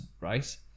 right